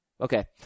Okay